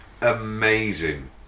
amazing